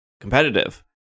competitive